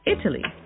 Italy